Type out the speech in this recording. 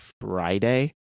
Friday